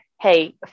hey